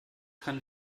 kann